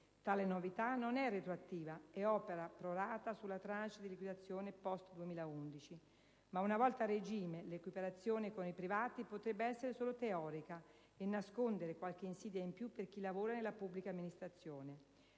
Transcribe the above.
Tale novità non è retroattiva ed opera *pro rata* sulle *tranches* di liquidazione *post* 2011, ma, una volta a regime, l'equiparazione con i privati potrebbe essere solo teorica e nascondere qualche insidia in più per chi lavora nella pubblica amministrazione.